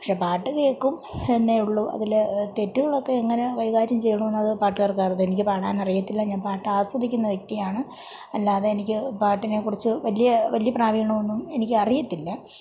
പക്ഷേ പാട്ട് കേൾക്കും എന്നേയുള്ളൂ അതിലെ തെറ്റുകളൊക്കെ എങ്ങനെയാണ് കൈകാര്യം ചെയ്യണമെന്നു അതു പാട്ടുകാർക്കെ അറിയത്തു എനിക്ക് പാടാനറിയത്തില്ല ഞാൻ പാട്ടാസ്വദിക്കുന്ന വ്യക്തിയാണ് അല്ലാതെ എനിക്ക് പാട്ടിനെ കുറിച്ച് വലിയ വലിയ പ്രാവീണമൊന്നും എനിക്കറിയത്തില്ല